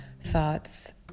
thoughts